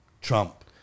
Trump